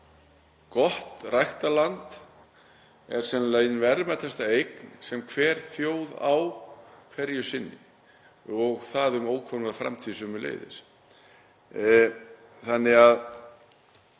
Gott ræktarland er sennilega ein verðmætasta eign sem hver þjóð á hverju sinni og það um ókomna framtíð sömuleiðis.